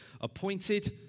appointed